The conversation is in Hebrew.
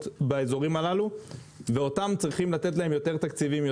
באזורים הללו ולהן צריך לתת יותר תקציבים,